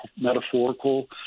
metaphorical